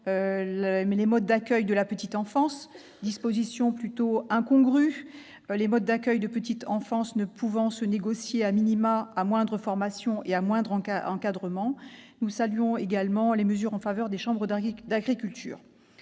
les modes d'accueil de la petite enfance- disposition plutôt incongrue, les modes d'accueil de la petite enfance ne pouvant se négocier à moindre formation et à moindre encadrement. Nous saluons également les mesures en faveur des chambres d'agriculture.